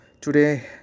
today